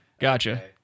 Gotcha